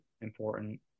important